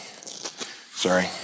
sorry